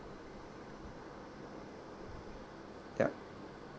yup